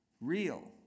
real